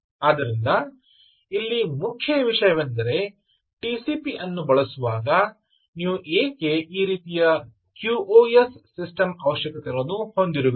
ಆದ್ದರಿಂದ ಇಲ್ಲಿ ಮುಖ್ಯ ವಿಷಯವೆಂದರೆ TCP ಅನ್ನು ಬಳಸವಾಗ ನೀವು ಏಕೆ ಈ ರೀತಿಯ QoS ಸಿಸ್ಟಮ್ ಅವಶ್ಯಕತೆಗಳನ್ನು ಹೊಂದಿರುವಿರಿ